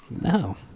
No